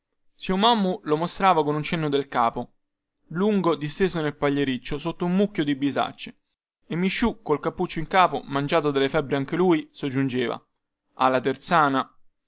zio mommu lo mostrava con un cenno del capo lungo disteso nel pagliericcio sotto un mucchio di bisacce e misciu col cappuccio in capo mangiato dalle febbri anche lui soggiungeva ha la terzana